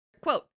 Quote